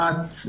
אחת,